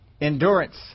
Endurance